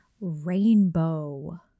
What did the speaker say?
Rainbow